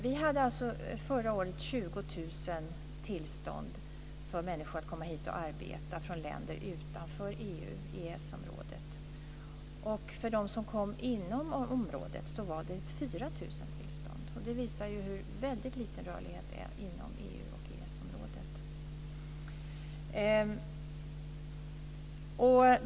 Det gavs alltså förra året 20 000 tillstånd för människor att komma hit och arbeta från länder utanför EU och EES-området. För dem som kom inom området var det 4 000 tillstånd. Det visar hur liten rörlighet det är inom EU och EES-området.